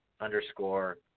underscore